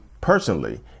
personally